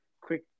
quick